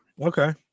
Okay